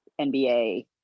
NBA